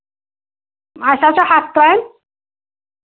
اَسہِ حظ چھُ ہَتھ ترٛامہِ